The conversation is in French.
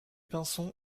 pinson